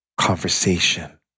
conversation